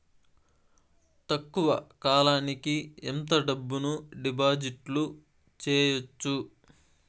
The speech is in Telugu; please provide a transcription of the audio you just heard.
తక్కువ కాలానికి ఎంత డబ్బును డిపాజిట్లు చేయొచ్చు?